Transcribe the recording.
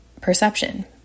perception